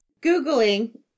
Googling